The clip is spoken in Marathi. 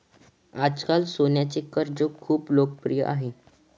आजकाल सोन्याचे कर्ज खूप लोकप्रिय आहे